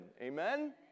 Amen